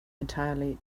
entirely